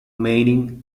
mining